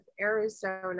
Arizona